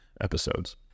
episodes